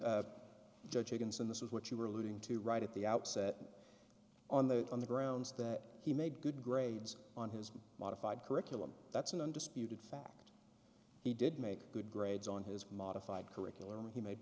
in this was what you were alluding to right at the outset on that on the grounds that he made good grades on his modified curriculum that's an undisputed fact he did make good grades on his modified curriculum and he made